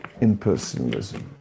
impersonalism